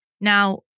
Now